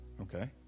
Okay